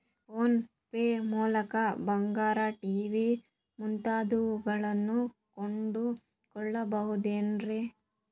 Phone pay ಮೂಲಕ ಬಂಗಾರ, TV ಮುಂತಾದವುಗಳನ್ನ ಕೊಂಡು ಕೊಳ್ಳಬಹುದೇನ್ರಿ?